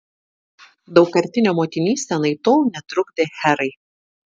daugkartinė motinystė anaiptol netrukdė herai